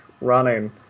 running